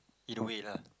in a way lah